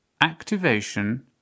activation